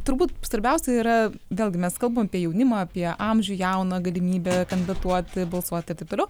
turbūt svarbiausia yra vėlgi mes kalbam apie jaunimą apie amžių jauną galimybę kandidatuoti balsuoti ir taip toliau